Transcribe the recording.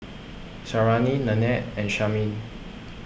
Sarahi Nannette and Carmine